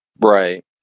right